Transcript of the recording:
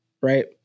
right